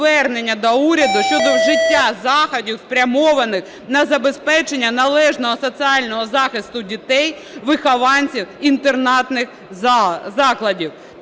до уряду щодо вжиття заходів, спрямованих на забезпечення належного соціального захисту дітей, вихованців інтернатних закладів.